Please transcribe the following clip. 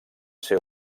ser